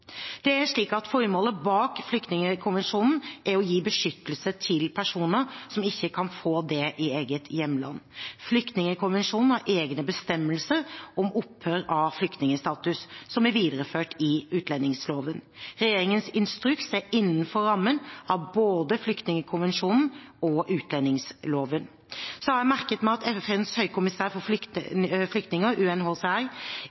Formålet bak flyktningkonvensjonen er å gi beskyttelse til personer som ikke kan få det i eget hjemland. Flyktningkonvensjonen har egne bestemmelser om opphør av flyktningstatus, som er videreført i utlendingsloven. Regjeringens instruks er innenfor rammen av både flyktningkonvensjonen og utlendingsloven. Jeg har merket meg at FNs høykommissær for